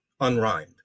unrhymed